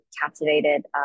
captivated